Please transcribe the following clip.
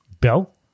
Bell